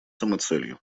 самоцелью